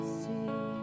see